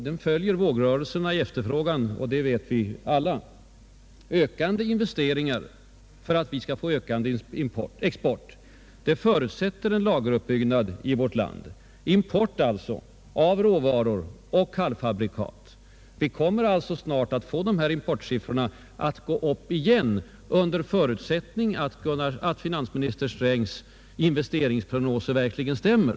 Den följer vågrörelserna i efterfrågan, vilket vi alla vet. Ökande investeringar, för att vi skall få ökande export, förutsätter en lageruppbyggnad i vårt land — dvs. import — av råvaror och halvfabrikat. Vi kommer alltså snart att få stigande importsiffror, under förutsättning att finansminister Strängs prognoser verkligen stämmer.